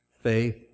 Faith